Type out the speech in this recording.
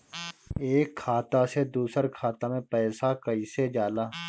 एक खाता से दूसर खाता मे पैसा कईसे जाला?